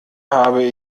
habe